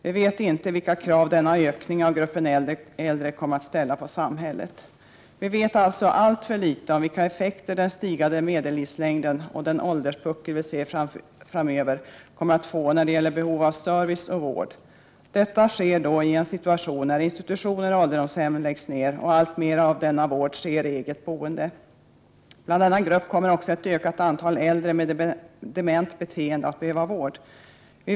Vi vet inte vilka krav denna ökning av gruppen äldre äldre kommer att ställa på samhället. Vi vet alltså alltför litet om vilka effekter den stigande medellivslängden och den ålderspuckel vi ser framöver kommer att få när det gäller behov av service och vård — och detta i en situation när institutioner och ålderdomshem läggs ned och alltmer av vården sker i eget boende. Inom denna grupp kommer också ett ökande antal äldre med dement beteende att behöva vård.